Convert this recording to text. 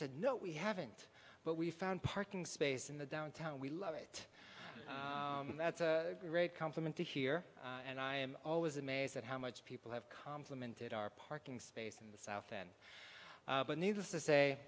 said no we haven't but we found parking space in the downtown we love it and that's a great compliment to hear and i am always amazed at how much people have complimented our parking space in the south end but needless to